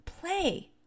play